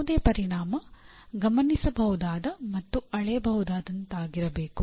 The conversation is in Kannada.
ಯಾವುದೇ ಪರಿಣಾಮ ಗಮನಿಸಬಹುದಾದ ಮತ್ತು ಅಳೆಯಬಹುದಾದಂತಿರಬೇಕು